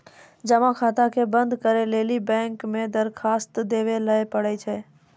जमा खाता के बंद करै लेली बैंक मे दरखास्त देवै लय परै छै